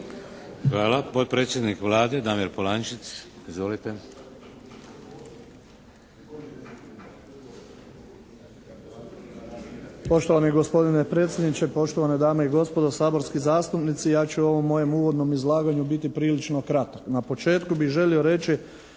Hvala. Potpredsjednik Vlade, Damir Polančec. Izvolite.